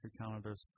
calendars